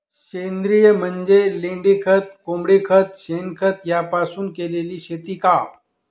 सेंद्रिय म्हणजे लेंडीखत, कोंबडीखत, शेणखत यापासून केलेली शेती का?